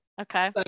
Okay